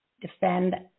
Defend